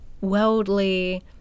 worldly